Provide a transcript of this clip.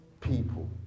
people